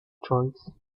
choice